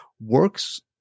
works